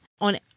on